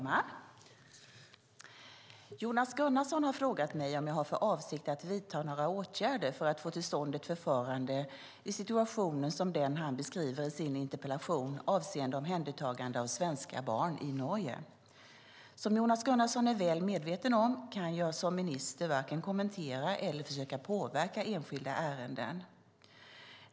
Fru talman! Jonas Gunnarsson har frågat mig om jag har för avsikt att vidta några åtgärder för att få till stånd ett förfarande i situationer som den han beskriver i sin interpellation avseende omhändertagande av svenska barn i Norge. Som Jonas Gunnarsson är väl medveten om kan jag som minister varken kommentera eller försöka påverka enskilda ärenden.